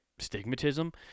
Stigmatism